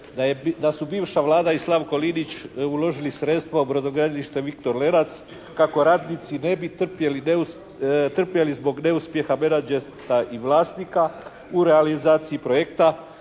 Da su bivša Vlada i Slavko Linić uložili sredstva u brodogradilište «Viktor Lenac» kako radnici ne bi trpjeli zbog neuspjeha menadžerstva i vlasnika u realizaciji projekta